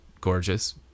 gorgeous